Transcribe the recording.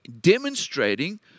demonstrating